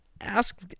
ask